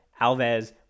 Alves